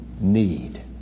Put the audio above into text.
need